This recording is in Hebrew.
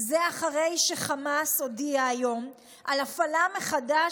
זה אחרי שחמאס הודיעה היום על הפעלה מחדש